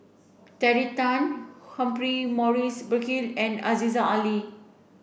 Terry Tan Humphrey Morrison Burkill and Aziza Ali